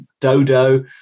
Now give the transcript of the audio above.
dodo